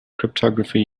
cryptography